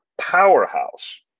powerhouse